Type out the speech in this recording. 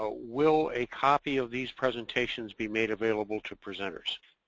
ah will a copy of these presentations be made available to presenters